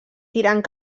tirant